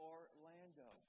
Orlando